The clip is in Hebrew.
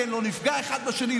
אך לא נפגע אחד בשני,